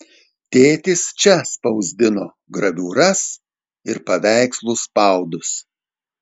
tėtis čia spausdino graviūras ir paveikslų spaudus